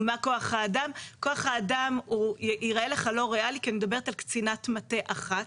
כח האדם הוא ייראה לך לא ריאלי כי אני מדברת על קצינת מטה אחת,